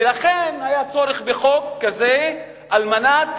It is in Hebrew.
ולכן נוצר לכאורה הצורך בחוק כזה על מנת